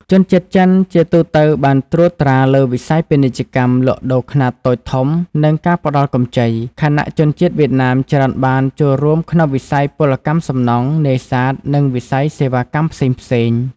ជនជាតិចិនជាទូទៅបានត្រួតត្រាលើវិស័យពាណិជ្ជកម្មលក់ដូរខ្នាតតូចធំ និងការផ្តល់កម្ចី ខណៈជនជាតិវៀតណាមច្រើនបានចូលរួមក្នុងវិស័យពលកម្មសំណង់ នេសាទ និងវិស័យសេវាកម្មផ្សេងៗ។